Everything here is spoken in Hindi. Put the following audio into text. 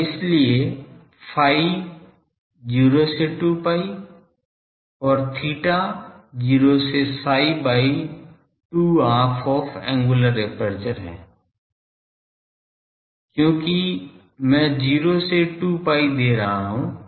और इसलिए phi 0 से 2 pi और theta 0 से psi by 2 half of the angular aperture है क्योंकि मैं 0 से 2 pi दे रहा हूँ